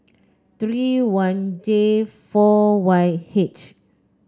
three one J four Y H